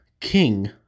King